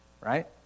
right